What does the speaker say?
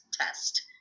test